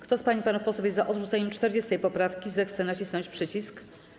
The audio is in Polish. Kto z pań i panów posłów jest za odrzuceniem 40. poprawki, zechce nacisnąć przycisk.